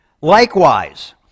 Likewise